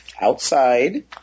outside